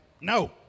no